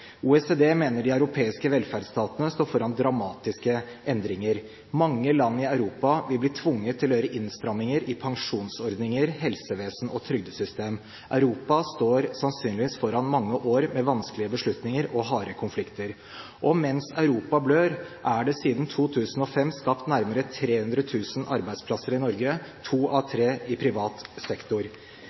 OECD mener de europeiske velferdsstatene står foran dramatiske endringer. Mange land i Europa vil bli tvunget til å gjøre innstramninger i pensjonsordninger, helsevesen og trygdesystem. Europa står sannsynligvis foran mange år med vanskelige beslutninger og harde konflikter. Mens Europa blør, er det siden 2005 skapt nærmere 300 000 arbeidsplasser i Norge – to av tre i privat sektor.